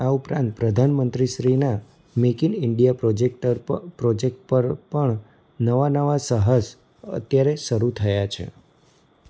આ ઉપરાંત પ્રધાનમંત્રી શ્રીના મેક ઇન ઈન્ડિયા પ્રોજેક્ટર પર પ્રોજેક્ટ પર પણ નવાં નવાં સાહસ ત્યારે શરૂ થયાં છે